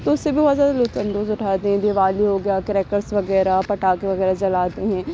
تو اس سے بھی بہت زیادہ لطف اندوز اٹھاتے ہیں دیوالی ہو گیا کریکرس وغیرہ پٹاخے وغیرہ جلاتے ہیں